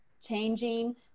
changing